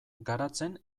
garatzen